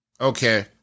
Okay